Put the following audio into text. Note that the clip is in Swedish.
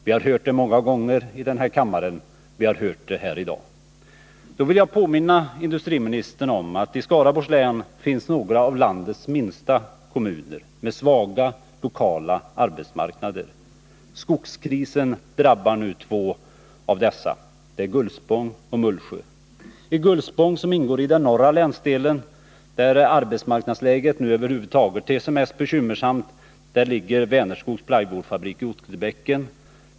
Vi har hört det många gånger förut här i kammaren, och vi har hört det här i dag. Då vill jag påminna industriministern om att i Skaraborgs län finns några av landets minsta kommuner med svaga lokala arbetsmarknader. Skogskrisen drabbar nu två av dessa, Gullspång och Mullsjö. I Gullspång, som ingår i den norra länsdelen, där arbetsmarknadsläget nu över huvud taget ter sig mest bekymmersamt, ligger Vänerskogs plywoodfabrik i Otterbäcken.